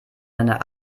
deiner